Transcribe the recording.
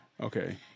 okay